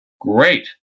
great